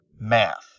math